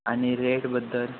आणि रेटबद्दल